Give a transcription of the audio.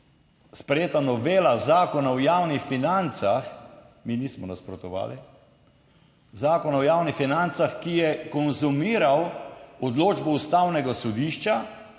sprejeta novela Zakona o javnih financah, mi nismo nasprotovali, Zakon o javnih financah, ki je konzumiral odločbo Ustavnega sodišča,